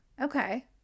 okay